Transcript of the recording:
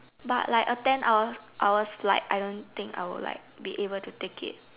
but like a ten hours hours flight I don't think like I'll be able to take it